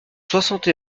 soixante